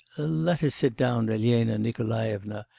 ah let us sit down, elena nikolaevna,